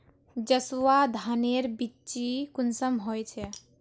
जसवा धानेर बिच्ची कुंसम होचए?